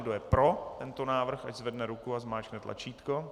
Kdo je pro tento návrh, ať zvedne ruku a zmáčkne tlačítko.